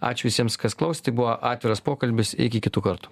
ačiū visiems kas klausėt tai buvo atviras pokalbis iki kitų kartų